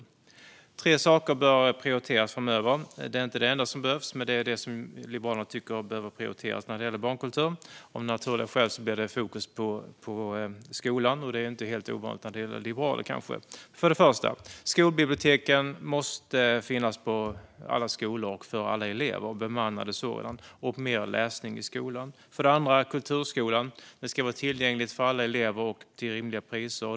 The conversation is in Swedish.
Det är tre saker som bör prioriteras framöver. Det är inte det enda som behövs, men det är vad vi i Liberalerna tycker behöver prioriteras när det gäller barnkultur. Av naturliga skäl blir det fokus på skolan. Det är kanske inte helt ovanligt när det gäller liberaler. Skolbiblioteken måste finnas på alla skolor och för alla elever. Det ska vara bemannade sådana, och det ska vara mer läsning i skolan. Kulturskolan ska vara tillgänglig för alla elever och till rimliga priser.